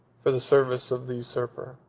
for the service of the usurper.